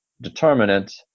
determinant